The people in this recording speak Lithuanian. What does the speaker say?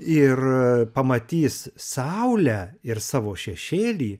ir pamatys saulę ir savo šešėlį